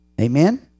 Amen